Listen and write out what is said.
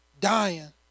dying